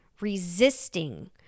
resisting